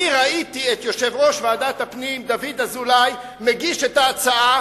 אני ראיתי את יושב-ראש ועדת הפנים דוד אזולאי מגיש את ההצעה,